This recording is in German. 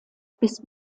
bis